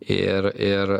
ir ir